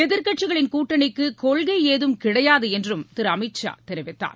எதிர்க்கட்சிகளின் கூட்டணிக்குகொள்கைஏதும் கிடையாதுஎன்றுதிருஅமித் ஷா தெரிவித்தார்